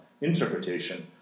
interpretation